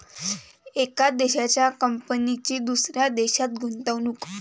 एका देशाच्या कंपनीची दुसऱ्या देशात गुंतवणूक